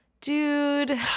dude